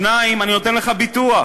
2. אני נותן לך ביטוח,